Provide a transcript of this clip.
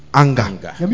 anger